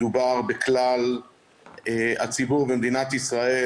מדובר בכלל הציבור במדינת ישראל,